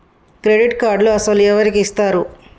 Credit కార్డులు అసలు ఎవరికి ఇస్తారు?